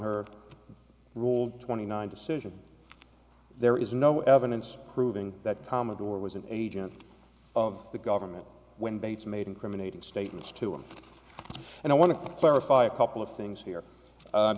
her rule twenty nine decision there is no evidence proving that commodore was an agent of the government when bates made incriminating statements to him and i want to clarify a couple of things here